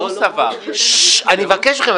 הוא סבר --- אני מבקש מכם.